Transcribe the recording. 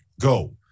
go